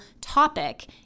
topic